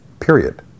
Period